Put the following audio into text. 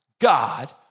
God